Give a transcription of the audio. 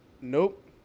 Nope